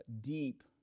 deep